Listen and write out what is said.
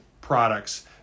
products